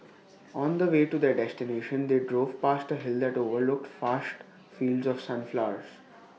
on the way to their destination they drove past A hill that overlooked vast fields of sunflowers